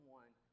one